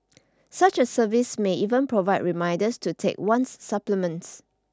such a service may even provide reminders to take one's supplements